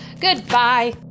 Goodbye